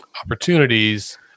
opportunities